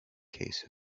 case